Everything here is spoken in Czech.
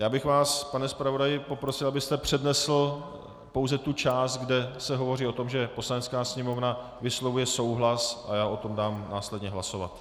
Já bych vás, pane zpravodaji, poprosil, abyste přednesl pouze tu část, kde se hovoří o tom, že Poslanecká sněmovna vyslovuje souhlas, a já o tom dám následně hlasovat.